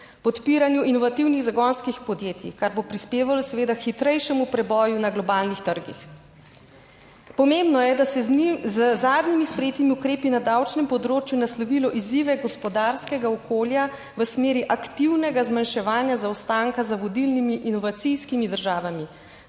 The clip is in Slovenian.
podpiranju inovativnih zagonskih podjetij. Kar bo prispevalo seveda k hitrejšemu preboju na globalnih trgih. Pomembno je, da se z zadnjimi sprejetimi ukrepi na davčnem področju naslovilo izzive gospodarskega okolja v smeri aktivnega zmanjševanja zaostanka za vodilnimi inovacijskimi državami,